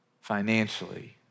Financially